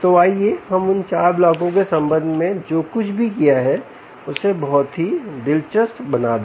तोआइए हम उन चार ब्लॉकों के संबंध में जो कुछ भी किया है उसे बहुत ही दिलचस्प बना दे